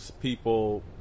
people